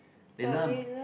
they learn ab~